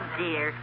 dear